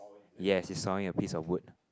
yes he's sawing a piece of wood